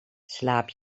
slaap